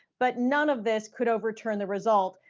but none of this could overturn the result,